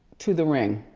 to the ring.